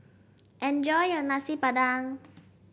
enjoy your Nasi Padang